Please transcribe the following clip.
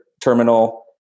terminal